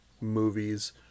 movies